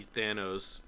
Thanos